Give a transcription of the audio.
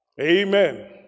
Amen